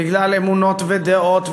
בגלל אמונות ודעות,